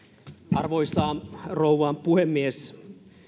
arvoisa rouva puhemies